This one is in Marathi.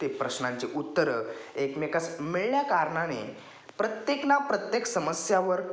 ते प्रश्नांचे उत्तरं एकमेकास मिळल्या कारणाने प्रत्येकना प्रत्येक समस्यावर